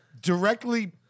directly